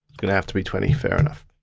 gonna have to be twenty, fair enough.